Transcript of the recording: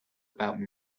about